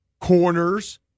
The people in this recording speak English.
corners